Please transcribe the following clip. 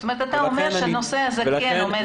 זאת אומרת שאתה אומר שהנושא הזה כן עומד